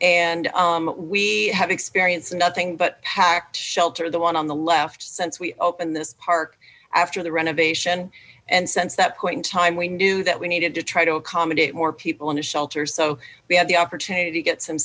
and we have experienced nothing but packed shelter the one on the left since we opened this park after the renovation and since that point in time we knew that we needed to try to accommodate more people in the shelter so we had the opportunity to get some